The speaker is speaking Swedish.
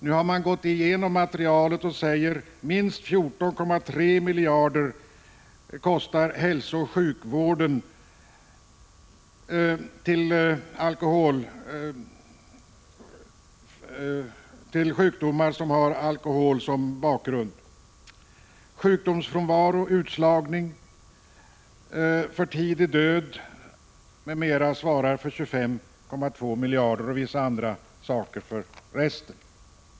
Nu har man gått igenom materialet och säger: Minst 14,3 miljarder kostar hälsooch sjukvården för sjukdomar som har alkohol som bakgrundsfaktor. Sjukdomsfrånvaro, utslagning, för tidig död, m.m. svarar för 25,2 miljarder, och vissa andra saker för resten.